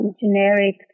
generic